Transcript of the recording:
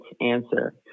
answer